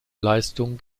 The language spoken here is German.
leistungen